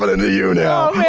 but and you now.